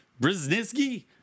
Brzezinski